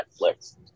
Netflix